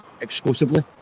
exclusively